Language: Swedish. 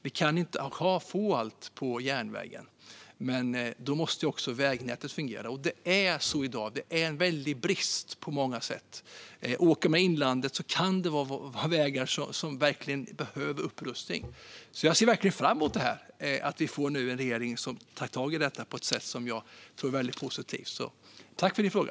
Vi kan inte få allt på järnvägen, och då måste också vägnätet fungera. I dag finns det väldiga brister på många sätt. Åker man i inlandet kan man stöta på vägar som verkligen behöver upprustning. Jag ser verkligen fram emot att regeringen nu tar tag i detta på ett sätt som jag tror är väldigt positivt. Så tack för din fråga!